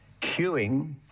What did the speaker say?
queuing